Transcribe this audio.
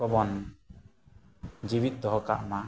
ᱠᱚᱵᱚᱱ ᱡᱤᱣᱮᱫ ᱫᱚᱦᱚ ᱠᱟᱜ ᱢᱟ